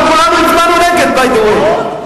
אנחנו כולנו הצבענו נגד, by the way.